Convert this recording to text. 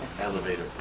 Elevator